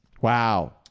Wow